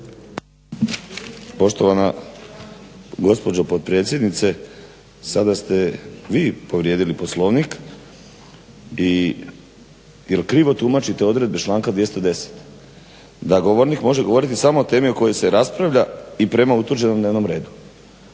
Poštovana gospođo potpredsjednice, sada ste vi povrijedili Poslovnik jer krivo tumačite odredbe članka 210. da govornik može govoriti samo o temi o kojoj se raspravlja i prema utvrđenom dnevnom redu.